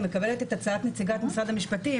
אני מקבלת את הצעת נציגת משרד המשפטים,